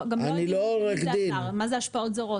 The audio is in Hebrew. זה השפעות זרות?